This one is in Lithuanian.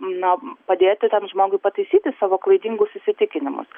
na padėti tam žmogui pataisyti savo klaidingus įsitikinimus